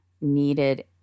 needed